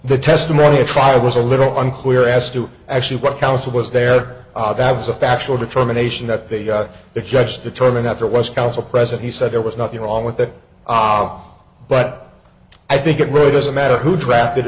the testimony at trial was a little unclear as to actually what counsel was there that was a factual determination that they got the judge determine that there was counsel present he said there was nothing wrong with that op but i think it really doesn't matter who drafted